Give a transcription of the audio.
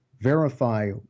verify